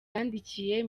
yandikiye